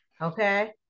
Okay